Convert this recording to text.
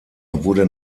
wurde